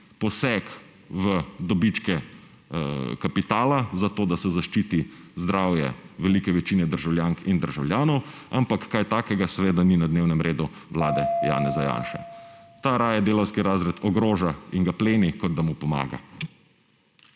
poseg v dobičke kapitala, zato da se zaščiti zdravje velike večine državljank in državljanov, ampak kaj takega seveda ni na dnevnem redu vlade Janeza Janše. Ta raje delavski razred ogroža in ga pleni, kot da mu pomaga.